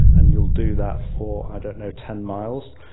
and you'll do that for, i don't know, ten miles,